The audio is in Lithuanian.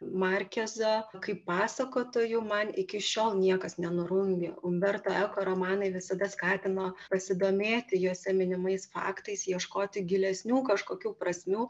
markezo kaip pasakotojų man iki šiol niekas nenurungia umberto eko romanai visada skatino pasidomėti juose minimais faktais ieškoti gilesnių kažkokių prasmių